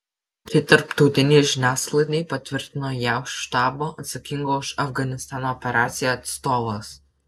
tai tarptautinei žiniasklaidai patvirtino jav štabo atsakingo už afganistano operaciją atstovas